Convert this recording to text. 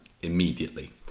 immediately